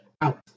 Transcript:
out